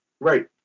Right